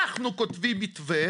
אנחנו כותבים מתווה,